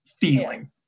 feeling